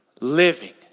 living